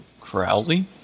Crowley